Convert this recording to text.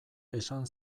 esan